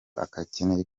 akeneye